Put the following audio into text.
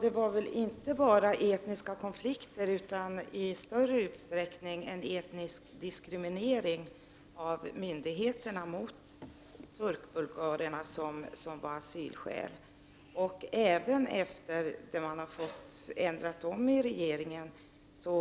Det var väl inte bara fråga om den etniska konflikten, utan det var i än högre grad den etniska diskrimineringen mot turkbulgarerna från myndigheternas sida som utgjorde asylskäl. Detta gällde även sedan ändringarna i regeringen gjorts.